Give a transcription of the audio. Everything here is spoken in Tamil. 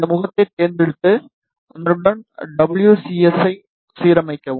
இந்த முகத்தைத் தேர்ந்தெடுத்து அதனுடன் டபுள்யூ சி எஸ் ஐ சீரமைக்கவும்